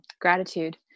Gratitude